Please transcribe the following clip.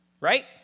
right